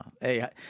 hey